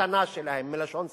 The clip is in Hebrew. השטנה שלהם, מלשון שטן,